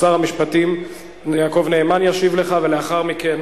שר המשפטים יעקב נאמן ישיב לך ולאחר מכן